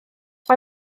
mae